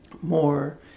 more